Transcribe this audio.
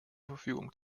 verfügung